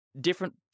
different